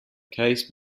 case